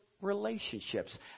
relationships